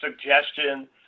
suggestion